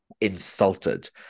insulted